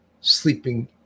sleeping